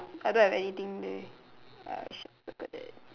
I don't have anything there I should circle that